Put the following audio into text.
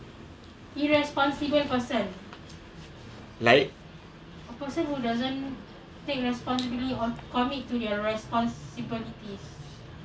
like